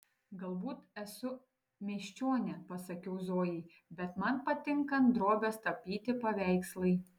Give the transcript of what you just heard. galbūt esu miesčionė pasakiau zojai bet man patinka ant drobės tapyti paveikslai